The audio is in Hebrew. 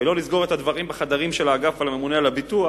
ולא לסגור את הדברים בחדרים של האגף של הממונה על הביטוח,